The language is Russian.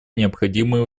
необходимые